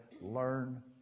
learn